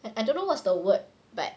I don't know what's the word but